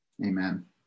Amen